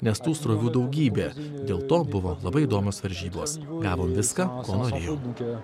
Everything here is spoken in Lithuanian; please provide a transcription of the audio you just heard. nes tų srovių daugybė dėl to buvo labai įdomios varžybos gavom viską ko norėjom